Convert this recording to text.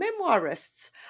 memoirists